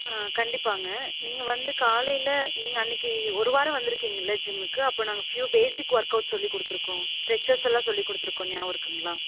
கண்டிப்பாங்க நீங்கள் வந்து காலையில் நீங்கள் அன்றைக்கு ஒரு வாரம் வந்துருக்கிங்கல்ல ஜிம்முக்கு அப்போ நாங்கள் ஃபியூ பேசிக் வொர்க்கவுட் சொல்லி கொடுத்துருக்கோம் ஸ்டிச்சஸ் எல்லாம் சொல்லி கொடுத்துருக்கோம் நியாபகம் இருக்குதுங்கலா